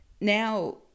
now